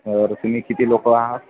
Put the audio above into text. बरं तुम्ही किती लोक आहात